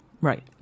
Right